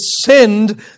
send